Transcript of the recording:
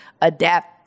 adapt